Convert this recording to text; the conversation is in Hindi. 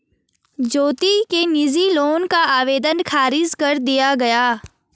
ज्योति के निजी लोन का आवेदन ख़ारिज कर दिया गया